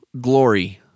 glory